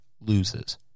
loses